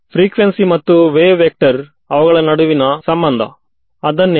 ಇದರಿಂದ ವೇಗವಾಗಿ ಮಾಡಬಹುದೇ